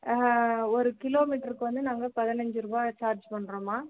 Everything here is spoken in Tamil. ஒரு கிலோமீட்டருக்கு வந்த நாங்கள் பதினைஞ்சு ரூபாய் சார்ஜ் பண்ணுறோம்மா